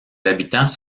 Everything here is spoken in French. habitants